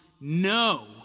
No